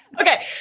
Okay